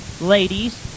ladies